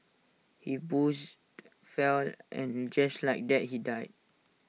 he boozed fell and just like that he died